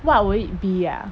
what will it be ah